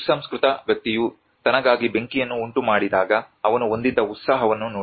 ಸುಸಂಸ್ಕೃತ ವ್ಯಕ್ತಿಯು ತನಗಾಗಿ ಬೆಂಕಿಯನ್ನು ಉಂಟುಮಾಡಿದಾಗ ಅವನು ಹೊಂದಿದ್ದ ಉತ್ಸಾಹವನ್ನು ನೋಡಿ